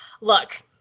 look